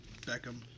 Beckham